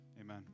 Amen